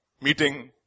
meeting